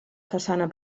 façana